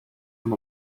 from